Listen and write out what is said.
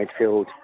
midfield